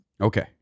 Okay